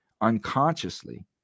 unconsciously